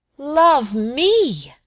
love me!